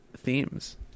themes